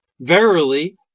Verily